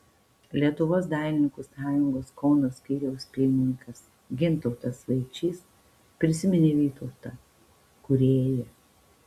lietuvos dailininkų sąjungos kauno skyriaus pirmininkas gintautas vaičys prisiminė vytautą kūrėją